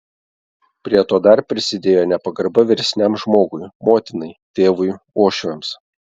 prie to dar prisidėjo ir nepagarba vyresniam žmogui motinai tėvui uošviams